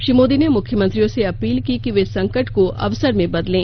श्री मोदी ने मुख्यमंत्रियों से अपील की कि वे संकट को अवसर में बदलें